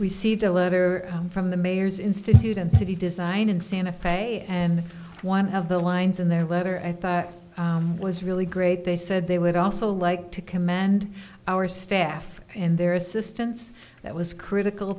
received a letter from the mayor's institute and city design in santa fe and one of the lines in their letter i thought was really great they said they would also like to commend our staff in their assistance that was critical